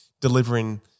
delivering